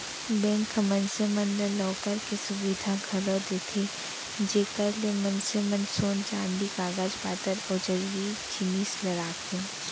bank ह मनसे मन ला लॉकर के सुबिधा घलौ देथे जेकर ले मनसे मन सोन चांदी कागज पातर अउ जरूरी जिनिस ल राखथें